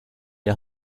ihr